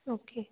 okay